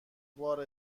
بار